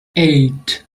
eight